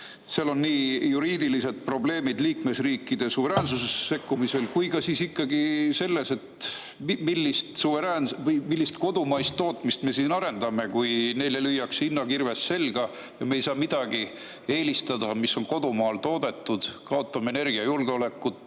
Seal on nii juriidilised probleemid liikmesriikide suveräänsusesse sekkumisel kui ka selles, et millist kodumaist tootmist me siin arendame, kui meile lüüakse hinnakirves selga ja me ei saa eelistada midagi, mis on kodumaal toodetud, kaotame energiajulgeolekut,